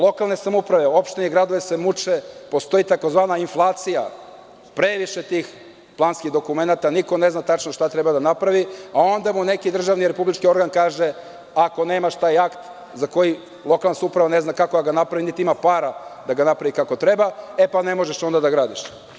Lokalne samouprave, opštine i gradovi se muče jer postoji tzv. inflacija, previše tih planskih dokumenata, a niko ne zna šta zapravo treba da napravi, a onda mu neki državni republički organ kaže – ako nemaš taj akt, za koji lokalna samouprava ne zna kako da ga napravi niti ima para da ga napravi kako treba, onda ne možeš da gradiš.